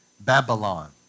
Babylon